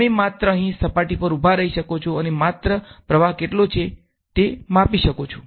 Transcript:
તમે માત્ર અહીં સપાટી પર પર ઉભા રહી શકો છો અને માત્ર પ્રવાહ કેટલો છે તે માપી શકો છો પ્રવાહ કેટલું બહાર જાય છે